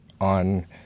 on